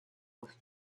with